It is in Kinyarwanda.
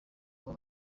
baba